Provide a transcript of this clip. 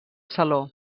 saló